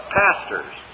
pastors